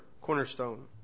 cornerstone